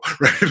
right